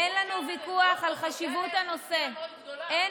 אין לנו ויכוח על חשיבות הנושא.